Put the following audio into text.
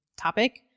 topic